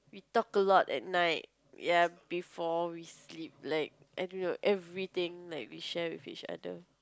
talk a lot at night ya before we sleep like I don't know everything like we share with each other